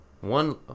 One